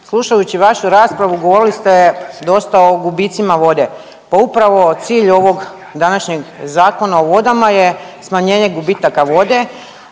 slušajući vašu raspravu govorili ste dosta o gubicima vode, pa upravo cilj ovog današnjeg Zakona o vodama je smanjenje gubitaka vode,